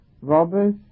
robbers